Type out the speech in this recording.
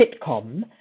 sitcom